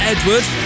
Edward